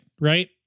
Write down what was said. right